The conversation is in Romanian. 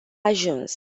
ajuns